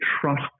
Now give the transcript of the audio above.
trust